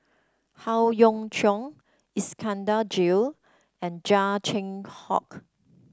Howe Yoon Chong Iskandar Jalil and Chia Cheong Fook